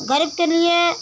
गरीब के लिए